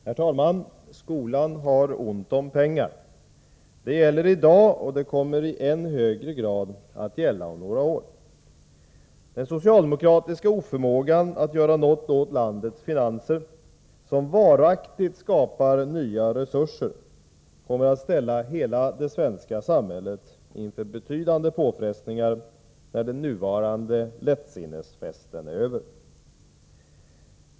Herr talman! Skolan har ont om pengar. Det gäller i dag, men det kommer i än högre grad att gälla om några år. Den socialdemokratiska oförmågan att göra något åt landets finanser som varaktigt skapar nya resurser kommer att ställa hela det svenska samhället inför betydande påfrestningar när den nuvarande lättsinnesfesten är över.